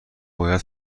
باید